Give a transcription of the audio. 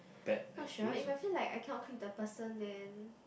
not sure if I feel like I cannot clear the person then